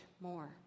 more